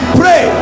pray